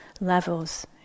levels